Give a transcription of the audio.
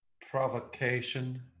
provocation